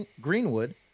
Greenwood